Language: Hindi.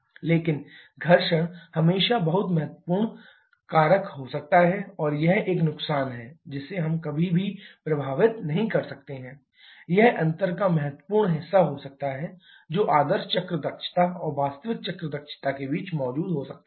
लेकिन घर्षण हमेशा बहुत महत्वपूर्ण कारक हो सकता है और यह एक नुकसान है जिसे हम कभी भी प्रभावित नहीं कर सकते हैं यह अंतर का महत्वपूर्ण हिस्सा हो सकता है जो आदर्श चक्र दक्षता और वास्तविक चक्र दक्षता के बीच मौजूद हो सकता है